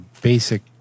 basic